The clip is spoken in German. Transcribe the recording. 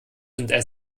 und